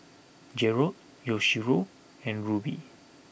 Jerrod Yoshio and Ruby